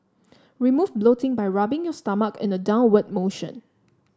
remove bloating by rubbing your stomach in a downward motion